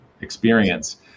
experience